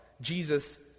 Jesus